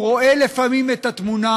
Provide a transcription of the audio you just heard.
הוא רואה לפעמים את התמונה,